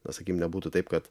na sakykim nebūtų taip kad